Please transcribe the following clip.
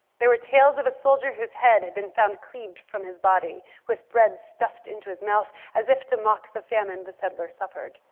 there were tales of a soldier whose head had been found cleaved from his body, with bread stuffed into his mouth as if to mock the famine the settler suffered.